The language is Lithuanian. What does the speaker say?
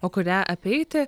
o kurią apeiti